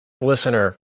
listener